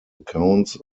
accounts